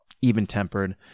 even-tempered